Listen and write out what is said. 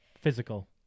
physical